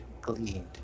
gleaned